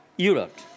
Europe